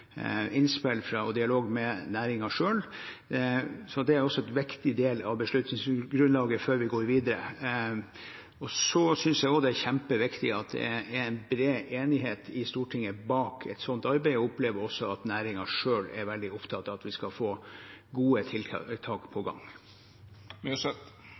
innspill fra og dialog med næringen selv. Det er også en viktig del av beslutningsgrunnlaget før vi går videre. Så synes jeg også det er kjempeviktig at det er en bred enighet i Stortinget bak et sånt arbeid, og jeg opplever også at næringen selv er veldig opptatt av at vi skal få i gang gode tiltak.